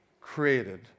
created